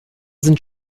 sind